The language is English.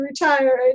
retire